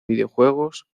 videojuegos